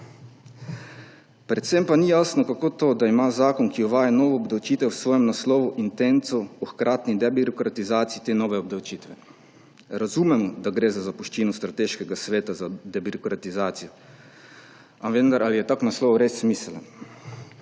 Predvsem pa ni jasno, kako to, da ima zakon, ki uvaja novo obdavčitev, v svojem naslovu intenco o hkratni debirokratizaciji te nove obdavčitve. Razumemo, da gre za zapuščino Strateškega sveta za debirokratizacijo, a vendar, ali je tak naslov res smiseln?